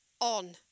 on